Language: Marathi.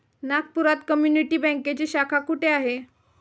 नागपुरात कम्युनिटी बँकेची शाखा कुठे आहे?